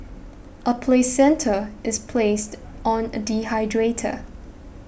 a placenta is placed on a dehydrator